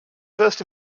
first